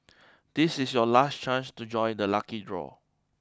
this is your last chance to join the lucky draw